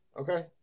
Okay